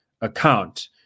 account